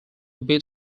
bit